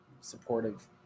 supportive